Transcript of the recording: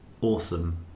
awesome